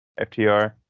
FTR